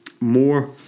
more